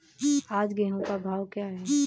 आज गेहूँ का भाव क्या है?